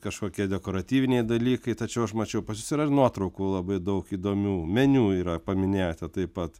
kažkokie dekoratyviniai dalykai tačiau aš mačiau pas jūs yra ir nuotraukų labai daug įdomių meniu yra paminėjote taip pat